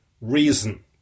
reason